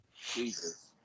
Jesus